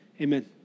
amen